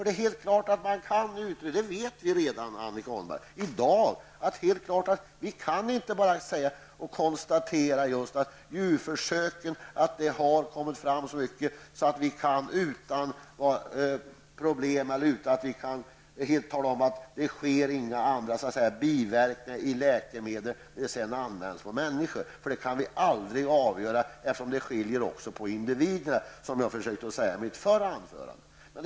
Det är helt klart, Annika Åhnberg, att vi inte kan konstatera att djurförsöken har gett så mycket att vi utan vidare kan säga att det inte blir några biverkningar med läkemedel som används på människor. Vi kan aldrig avgöra detta, eftersom det är skillnader mellan individerna, vilket jag också försökte säga i mitt förra anförande.